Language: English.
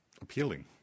appealing